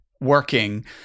working